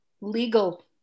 legal